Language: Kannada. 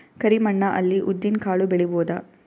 ಕರಿ ಮಣ್ಣ ಅಲ್ಲಿ ಉದ್ದಿನ್ ಕಾಳು ಬೆಳಿಬೋದ?